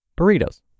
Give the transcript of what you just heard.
burritos